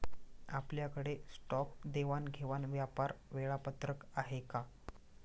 आपल्याकडे स्टॉक देवाणघेवाण व्यापार वेळापत्रक आहे का?